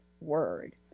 word